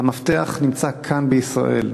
המפתח נמצא כאן בישראל.